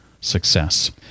success